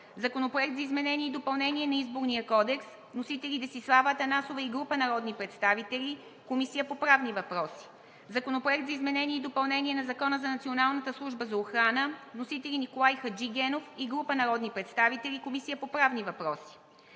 Законопроект за изменение и допълнение на Изборния кодекс. Вносители – Десислава Атанасова и група народни представители. Водеща е Комисията по правни въпроси. Законопроект за изменение и допълнение на Закона за Националната служба за охрана. Вносители – Николай Хаджигенов и група народни представители. Водеща е Комисията по правни въпроси.